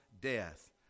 death